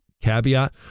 caveat